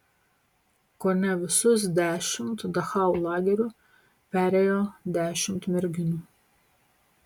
kone visus dešimt dachau lagerių perėjo dešimt merginų